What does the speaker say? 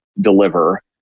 deliver